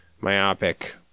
myopic